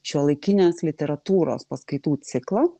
šiuolaikinės literatūros paskaitų ciklą